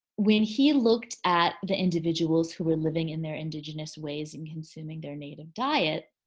when he looked at the individuals who were living in their indigenous ways and consuming their native diet